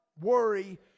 worry